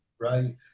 Right